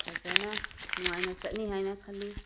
ꯐꯖꯅ ꯅꯨꯉꯥꯏꯅ ꯆꯠꯅꯤ ꯍꯥꯏꯅ ꯈꯜꯂꯤ